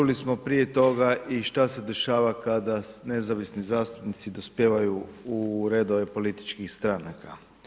Čuli smo prije toga i šta se dešava kada nezavisni zastupnici dospijevaju u redove političkih stranaka.